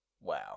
Wow